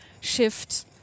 shift